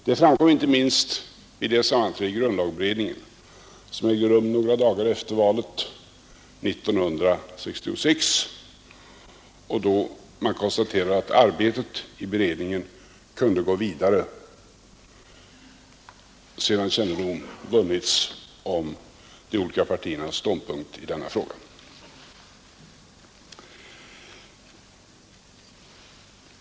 Det framkom inte minst vid det sammanträde i grundlagberedningen som ägde rum några dagar efter valet 1966 och då man konstaterade att arbetet i beredningen kunde gå vidare sedan kännedom vunnits om de olika partiernas ståndpunkt i denna fråga.